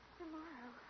tomorrow